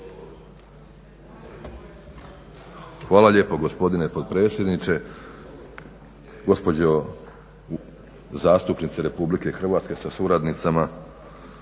Hvala lijepo gospodine potpredsjedniče. Gospođo zastupnice Republike Hrvatske sa suradnicama,